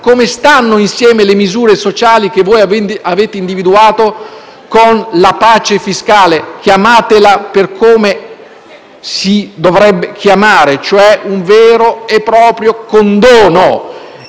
Come stanno insieme le misure sociali che voi avete individuato con la pace fiscale? Chiamatela per come la si dovrebbe chiamare, cioè un vero e proprio condono.